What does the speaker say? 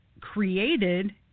created